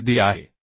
मध्ये दिली आहे